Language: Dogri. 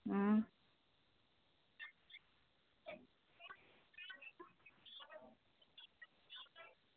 अं